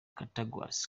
cattaraugus